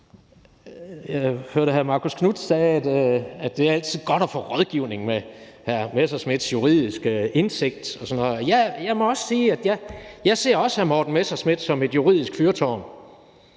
jeg hørte, at hr. Marcus Knuth sagde, at det altid er godt at få rådgivning afhr. Morten Messerschmidt, som har juridisk indsigt. Jeg må også sige, at jeg også ser hr. Morten Messerschmidt som et juridisk fyrtårn